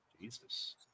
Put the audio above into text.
Jesus